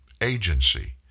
agency